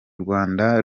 rwanda